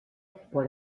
por